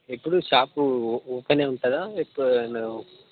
ఎప్పుడూ షాపు ఓ ఓపెనే ఉంటుందా